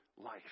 life